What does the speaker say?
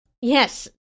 Yes